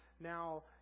now